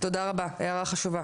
תודה רבה, הערה חשובה.